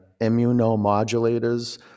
immunomodulators